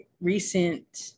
recent